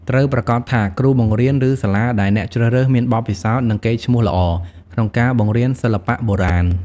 ត្រូវប្រាកដថាគ្រូបង្រៀន ឬសាលាដែលអ្នកជ្រើសរើស មាន បទពិសោធន៍ និងកេរ្តិ៍ឈ្មោះល្អ ក្នុងការបង្រៀនសិល្បៈបុរាណ។